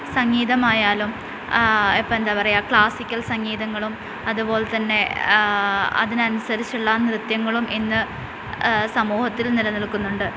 സംഗീതമായാലും ഇപ്പോഴെന്താ പറയുക ക്ലാസ്സിക്കൽ സംഗീതങ്ങളും അതുപോലെതന്നെ അതിനനുസരിച്ചുള്ള നൃത്ത്യങ്ങളും ഇന്ന് സമൂഹത്തിൽ നിലനിൽക്കുന്നുണ്ട്